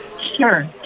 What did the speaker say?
Sure